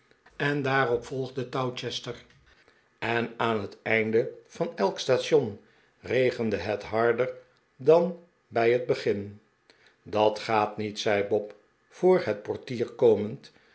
de daarop volgende towcester en aan het eind van elk station regende het harder dan bij het begin dat gaat niet zei bob voor het portier komend